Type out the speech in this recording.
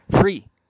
Free